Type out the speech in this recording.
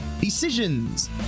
Decisions